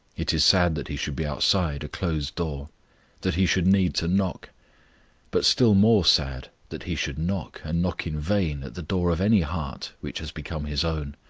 it is sad that he should be outside a closed door that he should need to knock but still more sad that he should knock, and knock in vain at the door of any heart which has become his own.